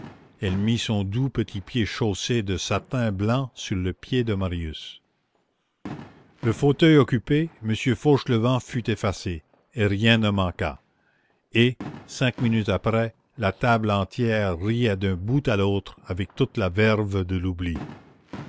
elle mit son doux petit pied chaussé de satin blanc sur le pied de marius le fauteuil occupé m fauchelevent fut effacé et rien ne manqua et cinq minutes après la table entière riait d'un bout à l'autre avec toute la verve de l'oubli